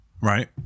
Right